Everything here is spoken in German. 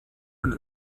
und